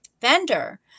vendor